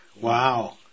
Wow